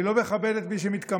אני לא מכבד את מי שמתקמבן,